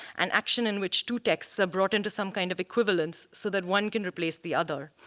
an action in which two texts are brought into some kind of equivalence so that one can replace the other.